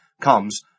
comes